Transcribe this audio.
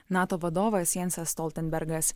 nato vadovas jansas stoltenbergas